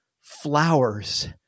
Flowers